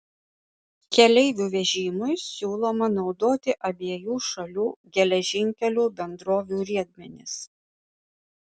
keleivių vežimui siūloma naudoti abiejų šalių geležinkelių bendrovių riedmenis